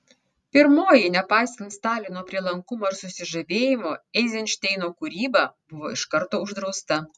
pirmoji nepaisant stalino prielankumo ir susižavėjimo eizenšteino kūryba buvo iš karto uždrausta